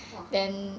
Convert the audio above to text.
!wah!